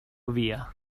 villa